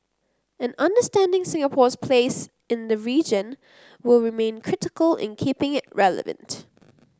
and understanding Singapore's place in the region will remain critical in keeping it relevant